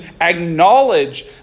acknowledge